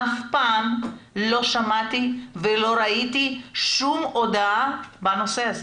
אף פעם לא שמעתי ולא ראיתי שום הודעה בנושא הזה.